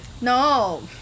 No